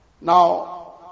Now